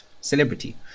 celebrity